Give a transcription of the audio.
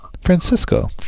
Francisco